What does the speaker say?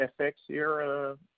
FX-era